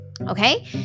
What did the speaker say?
okay